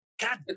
God